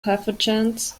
pathogens